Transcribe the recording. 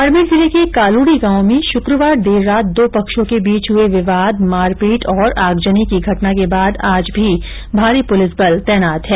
बाड़मेर जिले के कालूड़ी गांव में शुक्रवार देर रात दो पक्षों के बीच हुए विवाद मारपीट और आगजनी की घटना के बाद आज भी भारी पुलिस बल तैनात है